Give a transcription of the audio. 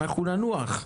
אנחנו ננוח.